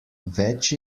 več